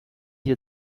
your